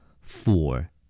four